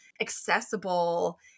accessible